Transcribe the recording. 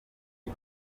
uko